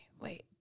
Wait